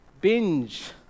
binge